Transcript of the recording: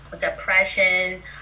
depression